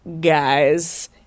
guys